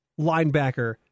linebacker